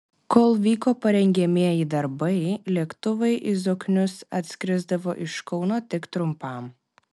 kol vyko parengiamieji darbai lėktuvai į zoknius atskrisdavo iš kauno tik trumpam